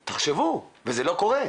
תחשבו, וזה לא קורה.